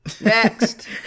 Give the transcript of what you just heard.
Next